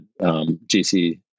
GC